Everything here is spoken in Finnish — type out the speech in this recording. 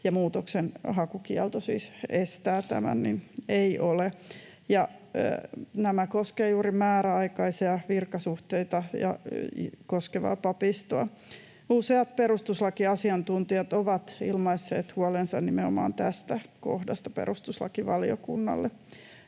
— muutoksenhakukielto siis estää tämän. Tämä koskee juuri papiston määräaikaisia virkasuhteita. Useat perustuslakiasiantuntijat ovat ilmaisseet huolensa nimenomaan tästä kohdasta perustuslakivaliokunnalle.